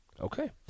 Okay